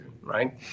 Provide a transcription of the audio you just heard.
right